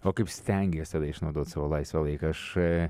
o kaip stengiesi tada išnaudot savo laisvą laiką aš